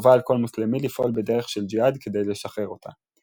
וחובה על כל מוסלמי לפעול בדרך של ג'יהאד כדי לשחרר אותה.